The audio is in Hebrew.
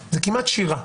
שירה.